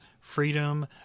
freedom